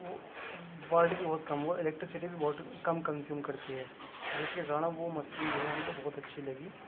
what بھی بہت کم وہ الیکٹرسیٹی بھی بہت کم کنزیوم کرتی ہے جس کے کارن وہ مسین جو ہے ہم کو بہت اچھی لگی